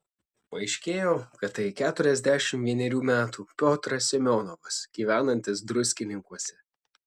paaiškėjo kad tai keturiasdešimt vienerių metų piotras semionovas gyvenantis druskininkuose